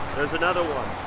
there's another one.